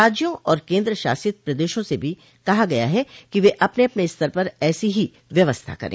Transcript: राज्यों और केंद्रशासित प्रदेशों से भी कहा गया है कि वे अपने अपने स्तर पर ऐसी ही व्यवस्था करे